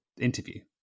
interview